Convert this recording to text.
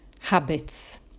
habits